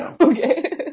okay